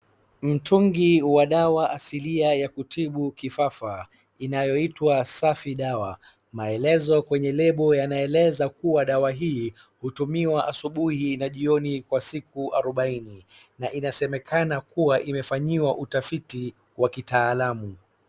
Mtungi wa dawa asilia ya kutibu kifafa inayoitwaa safi dawa. Maelezo kwenye lebel yanaeleza kuwa dawa hii hutumiwa asubuhi na jioni kwa siku arubaini na inasemekana kuwa imefanyiwa utafiti wa kitalaamu.